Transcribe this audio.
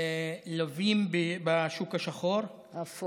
ללווים בשוק השחור, האפור.